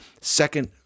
second